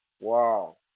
wow